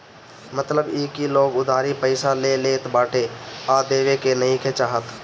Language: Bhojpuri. मतलब इ की लोग उधारी पईसा ले लेत बाटे आ देवे के नइखे चाहत